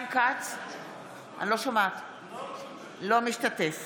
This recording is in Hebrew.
אינו משתתף